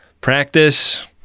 practice